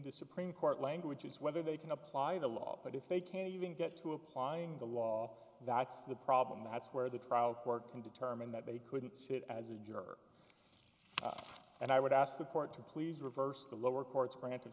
the supreme court language is whether they can apply the law but if they can't even get to applying the law that's the problem that's where the trial work can determine that they couldn't sit as a juror and i would ask the court to please reverse the lower court's grant